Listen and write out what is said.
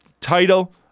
title